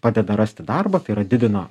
padeda rasti darbą tai yra didina